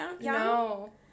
No